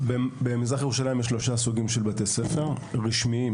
במזרח ירושלים יש שלושה סוגים של בתי ספר: א׳ - רשמיים,